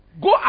go